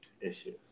issues